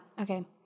Okay